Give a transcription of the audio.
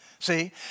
See